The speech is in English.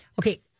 Okay